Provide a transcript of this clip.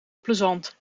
plezant